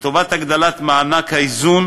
לטובת הגדלת מענק האיזון